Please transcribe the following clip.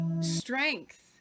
strength